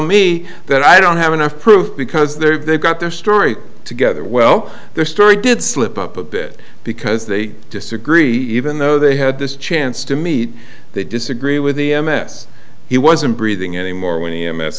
me that i don't have enough proof because they've got their story together well their story did slip up a bit because they disagree even though they had this chance to meet they disagree with the m s he wasn't breathing anymore when e m